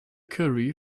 curry